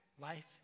life